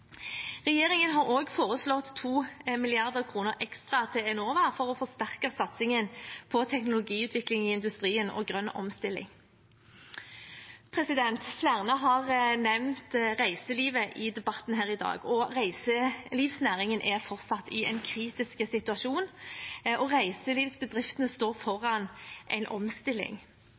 Regjeringen har også foreslått 2 mrd. kr ekstra til Enova for å forsterke satsingen på teknologiutvikling i industrien og grønn omstilling. Flere har nevnt reiselivet i debatten her i dag, og reiselivsnæringen er fortsatt i en kritisk situasjon. Reiselivsbedriftene står foran en omstilling.